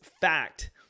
fact